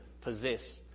possess